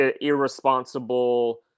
irresponsible